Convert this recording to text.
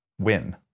win